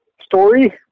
story